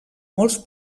molts